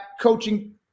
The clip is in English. coaching